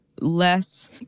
less